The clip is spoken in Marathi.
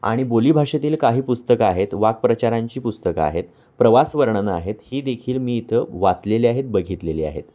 आणि बोलीभाषेतील काही पुस्तकं आहेत वाक्प्रचारांची पुस्तकं आहेत प्रवास वर्णनं आहेत ही देखील मी इथं वाचलेले आहेत बघितलेली आहेत